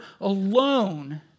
alone